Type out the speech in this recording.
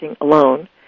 alone